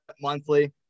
monthly